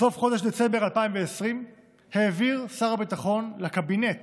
בסוף חודש דצמבר 2020 העביר שר הביטחון לקבינט